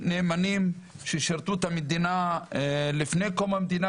נאמנים ששירתו את המדינה לפני קודם המדינה,